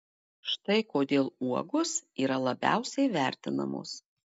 štai kodėl uogos yra labiausiai vertinamos